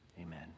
Amen